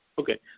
Okay